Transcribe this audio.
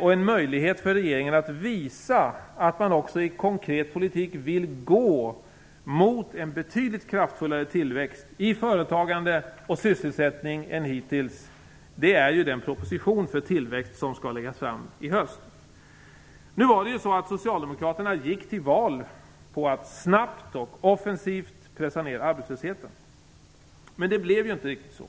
och en möjlighet för regeringen att visa att man också i konkret politik vill gå mot en betydligt kraftfullare tillväxt i företagande och sysselsättning än hittills, är den proposition för tillväxt som skall läggas fram i höst. Socialdemokraterna gick ju till val på att snabbt och offensivt pressa ned arbetslösheten. Men det blev ju inte riktigt så.